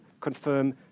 confirm